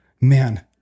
man